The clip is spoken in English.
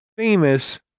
Famous